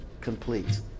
complete